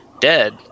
dead